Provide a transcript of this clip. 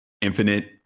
infinite